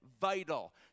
vital